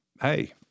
hey